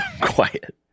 quiet